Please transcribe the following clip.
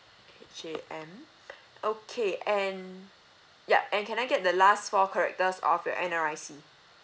okay J_M okay and yup and can I get the last four characters of your N_R_I_C